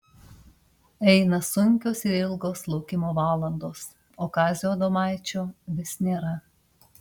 eina sunkios ir ilgos laukimo valandos o kazio adomaičio vis nėra